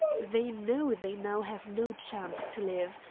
they know they now have no chance to live.